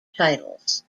titles